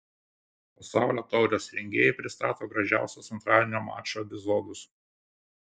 pasaulio taurės rengėjai pristato gražiausius antradienio mačų epizodus